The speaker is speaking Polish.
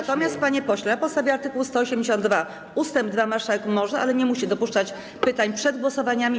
Natomiast, panie pośle, na podstawie art. 182 ust. 2 marszałek może, ale nie musi dopuszczać pytań przed głosowaniami.